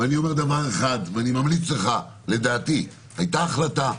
אני ממליץ לך היתה החלטה,